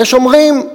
יש אומרים: